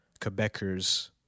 Quebecers